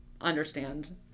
understand